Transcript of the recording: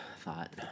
thought